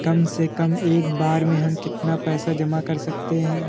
कम से कम एक बार में हम कितना पैसा जमा कर सकते हैं?